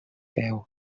veu